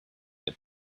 seen